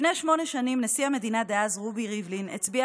לפני שמונה שנים נשיא המדינה דאז רובי ריבלין הצביע